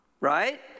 right